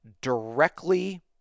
directly